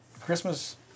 Christmas